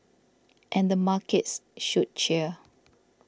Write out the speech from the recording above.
and the markets should cheer